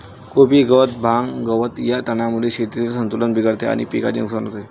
कोबी गवत, भांग, गवत या तणांमुळे शेतातील संतुलन बिघडते आणि पिकाचे नुकसान होते